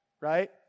right